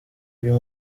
uyu